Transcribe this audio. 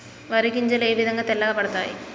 వరి గింజలు ఏ విధంగా తెల్ల పడతాయి?